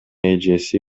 эжеси